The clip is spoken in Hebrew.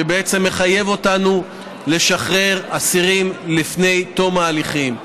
שבעצם מחייב אותנו לשחרר אסירים לפני תום ההליכים.